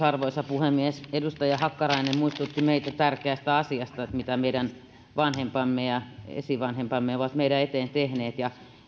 arvoisa puhemies edustaja hakkarainen muistutti meitä tärkeästä asiasta mitä meidän vanhempamme ja esivanhempamme ovat meidän eteemme tehneet